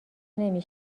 نمی